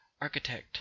architect